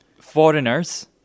foreigners